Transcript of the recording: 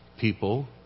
people